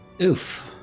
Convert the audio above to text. Oof